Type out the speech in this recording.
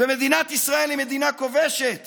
ומדינת ישראל היא מדינה כובשת